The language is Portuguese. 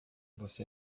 você